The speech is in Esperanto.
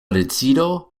decido